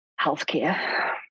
healthcare